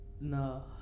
no